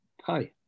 hi